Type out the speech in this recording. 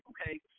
okay